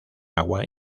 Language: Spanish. agua